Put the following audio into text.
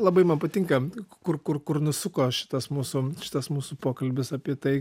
labai man patinka kur kur kur nusuko šitas mūsų šitas mūsų pokalbis apie tai